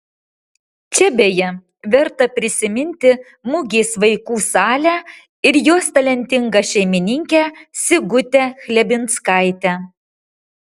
čia beje verta prisiminti mugės vaikų salę ir jos talentingą šeimininkę sigutę chlebinskaitę